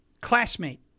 classmate